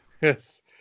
Yes